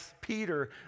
Peter